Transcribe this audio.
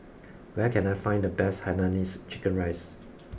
where can I find the best Hainanese chicken rice